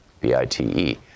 b-i-t-e